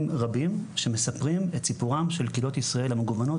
רבים שמספרים את סיפורם של קהילות ישראל המגוונות,